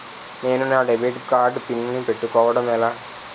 నేను నా debit card PIN పెట్టుకోవడం ఎలా?